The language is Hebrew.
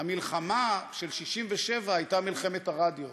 המלחמה של 1967 הייתה מלחמת הרדיו.